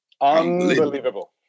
Unbelievable